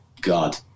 God